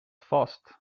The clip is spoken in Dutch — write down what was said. vast